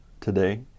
today